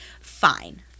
Fine